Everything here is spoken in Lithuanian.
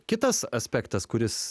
kitas aspektas kuris